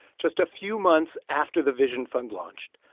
just a few months after the vision fund launched,